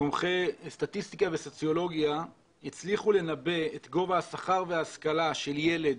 מומחי סטטיסטיקה וסוציולוגיה הצליחו לנבא את גובה השכר וההשכלה של ילד